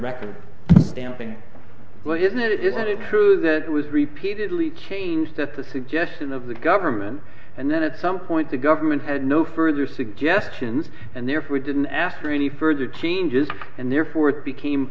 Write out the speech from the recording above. record stamping well isn't it isn't it true that it was repeatedly changed at the suggestion of the government and then at some point the government had no further suggestions and therefore didn't ask for any further changes and therefore it became